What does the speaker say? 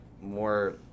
more